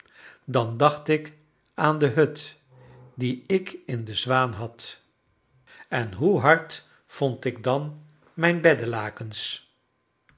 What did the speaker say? dan dacht ik aan de hut die ik in de zwaan had en hoe hard vond ik dan mijn